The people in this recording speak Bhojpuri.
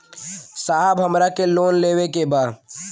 साहब हमरा के लोन लेवे के बा